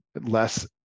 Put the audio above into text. less